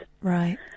Right